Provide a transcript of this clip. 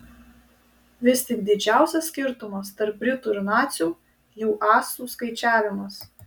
vis tik didžiausias skirtumas tarp britų ir nacių jų asų skaičiavimas